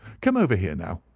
come over here now!